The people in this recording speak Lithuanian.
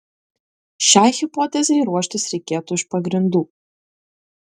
šiai hipotezei ruoštis reikėtų iš pagrindų